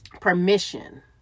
permission